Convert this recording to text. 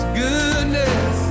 goodness